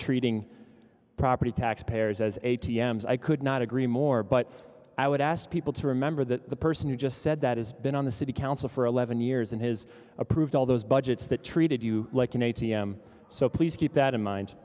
treating property tax payers as a t m s i could not agree more but i would ask people to remember that the person you just said that has been on the city council for eleven years and has approved all those budgets that treated you like an a t m so please keep that in mind